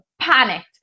panicked